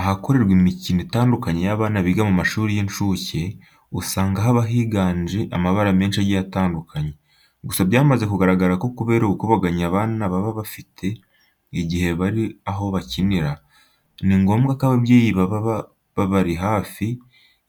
Ahakorerwa imikino itandukanye y'abana biga mu mashuri y'incuke, usanga haba higanje amabara menshi agiye atandukanye. Gusa byamaze kugaragara ko kubera ubukubaganyi abana baba bafite igihe bari aho bakinira, ni ngombwa ko ababyeyi baba bari hafi